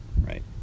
right